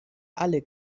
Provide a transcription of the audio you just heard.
alle